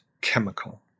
chemical